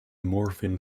morphine